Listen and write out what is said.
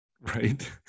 Right